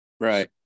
Right